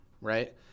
right